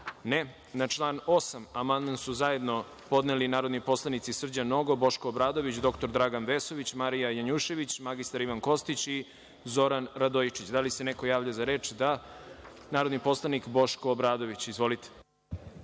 (Ne)Na član 8. amandman su zajedno podneli narodni poslanici Srđan Nogo, Boško Obradović, dr Dragan Vesović, Marija Janjušević, mr Ivan Kostić i Zoran Radojičić. Da li neko želi reč? (Da)Reč ima narodni poslanik Boško Obradović. Izvolite.